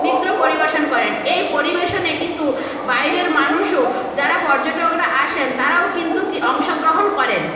নৃত্য পরিবেশন করেন এই পরিবেশনে কিন্তু বাইরের মানুষও যারা পর্যটকরা আসেন তারাও কিন্তু কি অংশগ্রহণ করেন